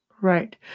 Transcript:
Right